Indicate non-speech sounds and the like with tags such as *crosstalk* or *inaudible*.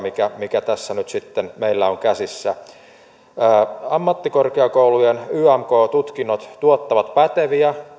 *unintelligible* mikä tässä nyt sitten meillä on käsissä ei ole ihan täysin ehkä aivan riittävä ammattikorkeakoulujen yamk tutkinnot tuottavat päteviä